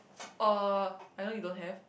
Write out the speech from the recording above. uh I know you don't have